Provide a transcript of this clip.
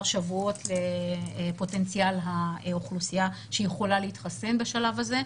שבועות כפוטנציאל האוכלוסייה שיכולה להתחסן בשלב הזה.